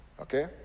Okay